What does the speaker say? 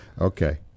okay